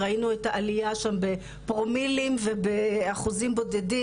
ראינו את העלייה שם בפרומילים ובאחוזים בודדים,